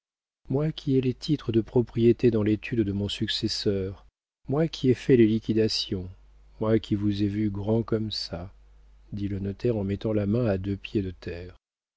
moi qui ai les titres de propriété dans l'étude de mon successeur moi qui ai fait les liquidations moi qui vous ai vu grand comme ça dit le notaire en mettant la main à deux pieds de terre